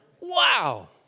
Wow